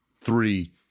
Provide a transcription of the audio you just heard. three